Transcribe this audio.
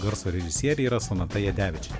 garso režisierė yra sonata jadevičienė